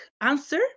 answer